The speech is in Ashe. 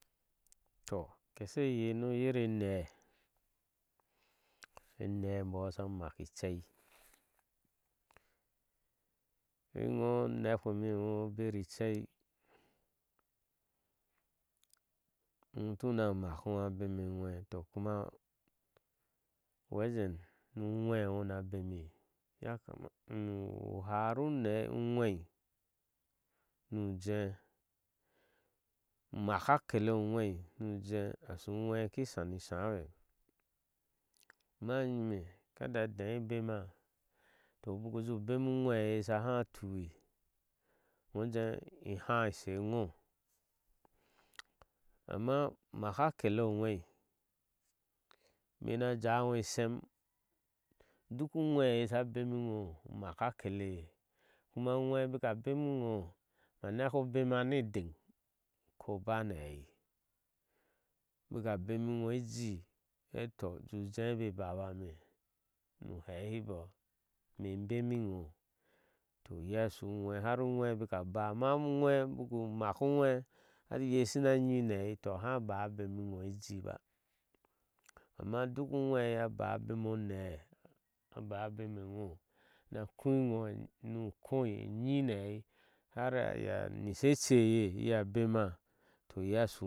Toh kesheyesni oyere enee, enee e embɔɔ asha nak icei, inɔo inekpema eŋo ishu beri icei, utuna makiŋo abeme eŋwe kuma uwejen nu uŋwɛ ŋ una bemi uharu unɛɛ, uŋwɛi nu jéé, umaka a kele oŋwei nu ujeɛ ashu uŋwe kishni shaá bee amai inyine kada dai bena to. baku jɛɛ ju benu uŋwe eye ashiha tui toh iŋo ujee ihááh ishi eŋo. amma umaka akete oŋwɛi ime ina jawi inŋo isem, duk i un. we eye sha bemiŋoumaka akde eye, kuma duk ujwe baka bemi ŋo ma neko obema ni edeŋ, u kobe ni aheɛi bika beni ngo ejii lete toh uju jee ba baba. eme nu hehiboɔ ime imbemi ɔo iye asu uŋwɛ har uŋwɛ bika báá amma ubaku ubaku maka uŋwe a heti iye a shina nyi ni ahɛɛi to aha baá a bemi ngo ejiji baa amma duk nŋwɛ eye abaa bemi unee. a baa a bema eŋo nii ngo khoe u nyi ni ahɛɛi har ite a nishe ece eye iye a bema to iye ashu.